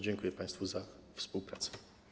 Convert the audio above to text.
Dziękuję państwu za współpracę.